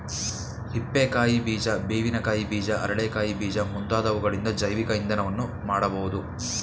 ಹಿಪ್ಪೆ ಕಾಯಿ ಬೀಜ, ಬೇವಿನ ಕಾಯಿ ಬೀಜ, ಅರಳೆ ಕಾಯಿ ಬೀಜ ಮುಂತಾದವುಗಳಿಂದ ಜೈವಿಕ ಇಂಧನವನ್ನು ಮಾಡಬೋದು